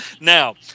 Now